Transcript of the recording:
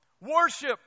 Worship